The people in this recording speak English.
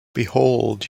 behold